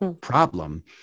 problem